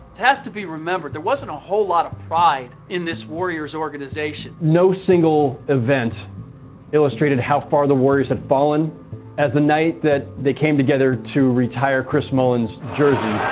has to be remembered there wasn't a whole lot pride in this warriors organization. no single event illustrated how far the warriors had fallen as the night that they came together to retire chris mullins jersey?